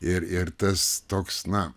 ir ir tas toks na